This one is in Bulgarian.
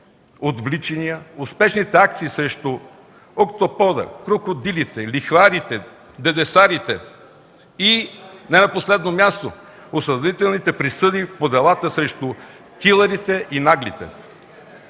отвличания, успешните акции срещу „Октопода”, „Крокодилите”, „Лихварите”, „Дедесарите” и не на последно място, осъдителните присъди по делата срещу „Килърите” и „Наглите”.